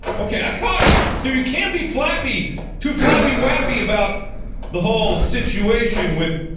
okay, i caught you so you can't be flappy too flappy wappy about the whole situation with